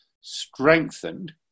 strengthened